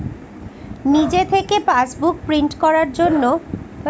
নিজে থেকে passbook print করার জন্য কি বারকোড লাগানো বাধ্যতামূলক?